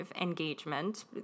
engagement